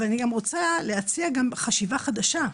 אבל, אני גם רוצה להציע חשיבה חדשה,